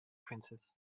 princess